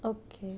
okay